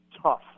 tough